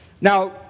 Now